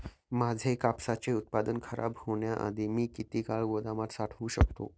माझे कापसाचे उत्पादन खराब होण्याआधी मी किती काळ गोदामात साठवू शकतो?